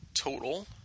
total